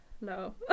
No